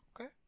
okay